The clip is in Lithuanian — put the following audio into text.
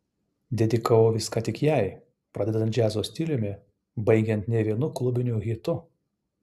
dedikavau viską tik jai pradedant džiazo stiliumi baigiant ne vienu klubiniu hitu